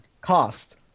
cost